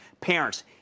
parents